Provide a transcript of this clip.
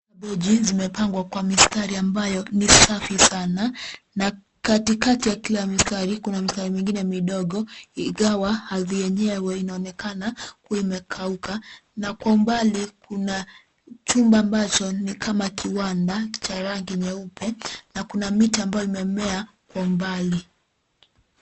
Kabichi zimepangwa kwa mistari ambayo ni safi sana, na katikati ya kila mistari, kuna mistari mingine midogo, ingawa ardhi yenyewe inaonekana, kuwa imekauka na kwa umbali kuna chumba ambacho ni kama kiwanda na cha rangi nyeupe na kuna miti ambayo imemea kwa umbali.